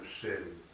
sin